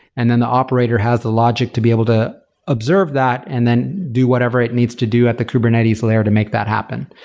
and then the operator has the logic to be able to observe that and then do whatever it needs to do at the kubernetes layer to make that happen.